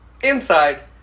Inside